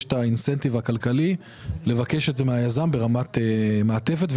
יש את האינסנטיב הכלכלי לבקש את זה מהיזם ברמת מעטפת,